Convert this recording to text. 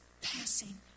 passing